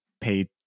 pay